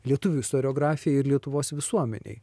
lietuvių istoriografijai ir lietuvos visuomenei